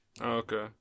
Okay